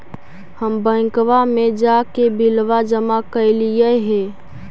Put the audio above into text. हम बैंकवा मे जाके बिलवा जमा कैलिऐ हे?